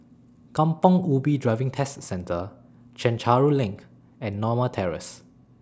Kampong Ubi Driving Test Centre Chencharu LINK and Norma Terrace